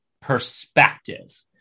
perspective